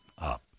up